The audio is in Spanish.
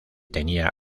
tenía